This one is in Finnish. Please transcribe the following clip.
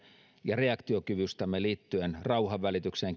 ja reaktiokyvystämme liittyen rauhanvälitykseen